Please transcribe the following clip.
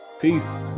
peace